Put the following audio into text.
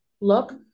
look